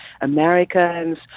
Americans